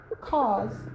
cause